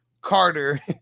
Carter